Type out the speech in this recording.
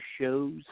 shows